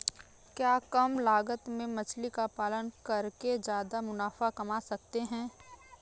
क्या कम लागत में मछली का पालन करके ज्यादा मुनाफा कमा सकते हैं?